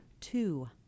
two